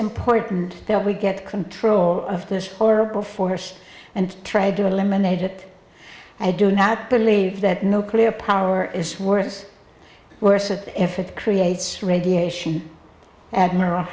important that we get control of this horrible force and try to eliminate it i do not believe that no clear power is worse where said if it creates radiation admiral